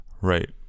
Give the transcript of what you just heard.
Right